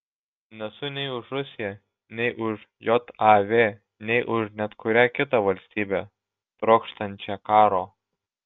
nesu nei už rusiją nei už jav nei už net kurią kitą valstybę trokštančią karo